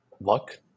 Luck